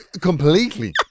Completely